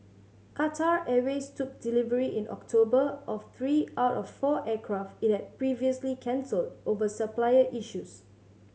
Qatar Airways took delivery in October of three out of four aircraft it had previously cancelled over supplier issues